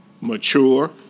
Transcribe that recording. mature